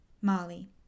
Molly